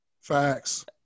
Facts